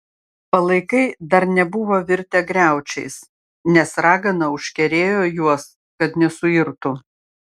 palaikai dar nebuvo virtę griaučiais nes ragana užkerėjo juos kad nesuirtų